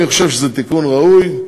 אני חושב שזה תיקון ראוי,